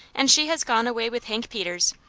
and she has gone away with hank peters,